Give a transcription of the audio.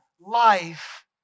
life